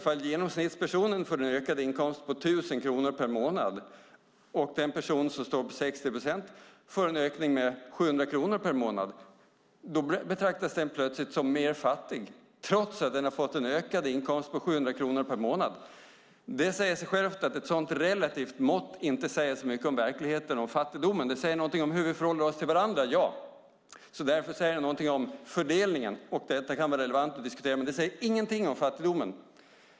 Om genomsnittspersonen får en ökad inkomst på 1 000 kronor per månad och den som ligger på 60 procent får en ökning med 700 kronor per månad betraktas den personen som fattigare trots att inkomsten ökat med 700 kronor per månad. Ett sådant relativt mått säger inte så mycket om verkligheten och fattigdomen. Det säger något om hur vi förhåller oss till varandra. Därför säger det något om fördelningen, och det kan vara relevant att diskutera, men det säger ingenting om fattigdomen.